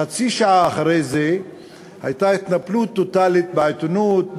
חצי שעה אחרי זה הייתה התנפלות טוטלית בעיתונות,